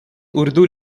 urdu